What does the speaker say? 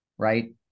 Right